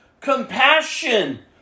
compassion